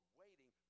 waiting